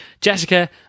Jessica